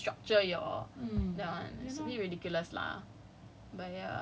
like you don't allow them to go just cause of your the way you structure your